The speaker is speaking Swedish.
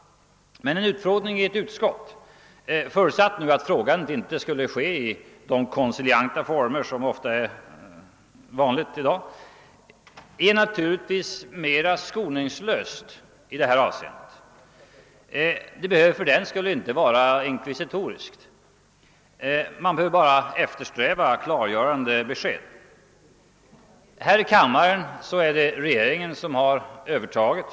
Men en utfrågning i ett utskott — förutsatt att frågandet inte skulle ske i de koncilianta former som i dag ofta är vanliga — är naturligtvis mera skoningslös i det här avseendet. Den behöver fördenskull inte vara inkvisitorisk; man behöver bara eftersträva klargörande besked. Här i kammaren är det regeringen som har övertaget.